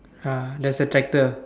uh there's a tractor